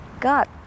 God